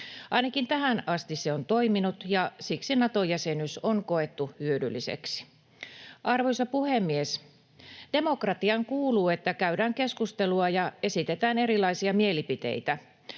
Ainakin tähän asti se on toiminut, ja siksi Nato-jäsenyys on koettu hyödylliseksi. Arvoisa puhemies! Demokratiaan kuuluu, että käydään keskustelua ja esitetään erilaisia mielipiteitä.